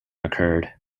occurred